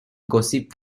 gossip